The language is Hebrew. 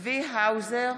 צבי האוזר,